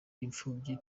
imfubyi